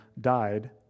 died